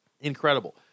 Incredible